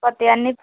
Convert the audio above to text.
కొత్తవి అన్నీ